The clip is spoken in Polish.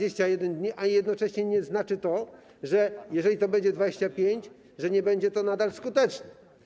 Jednocześnie nie znaczy to, że jeżeli to będzie 25, to nie będzie to nadal skuteczne.